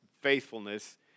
faithfulness